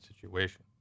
situation